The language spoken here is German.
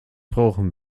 brauchen